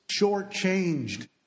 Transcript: shortchanged